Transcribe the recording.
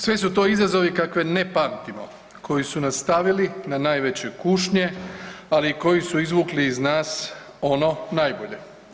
Sve su to izazovi kakve ne pamtimo koji su nas stavili na najveće kušnje, ali i koji su izvukli iz nas ono najbolje.